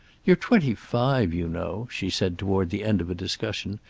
you're twenty-five, you know, she said, toward the end of a discussion.